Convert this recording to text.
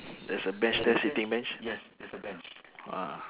there's a bench there sitting bench ah